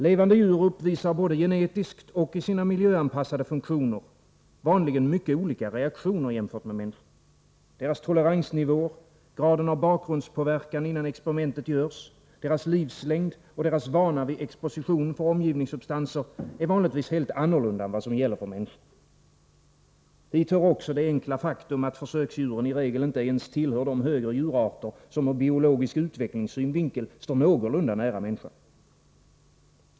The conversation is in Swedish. Levande djur uppvisar både genetiskt och i sina miljöanpassade funktioner vanligen mycket olikartade reaktioner jämfört med människor. Deras toleransnivåer, graden av bakgrundspåverkan innan experimentet görs, deras livslängd och deras vana vid exposition för omgivningssubstanser är vanligen helt annorlunda än vad som gäller för människor. Hit hör också det enkla faktum att försöksdjuren i regel inte ens tillhör de högre djurarter som ur biologisk utvecklingssynvinkel står någorlunda nära människan.